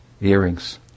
earrings